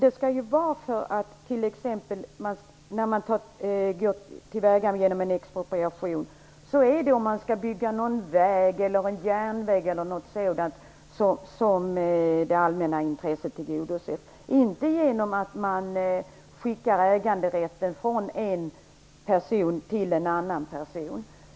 Expropriation används om man skall bygga en väg, en järnväg eller något sådant som tillgodoser ett allmänt intresse, men det kommer inte i fråga när äganderätten övergår från en person till en annan.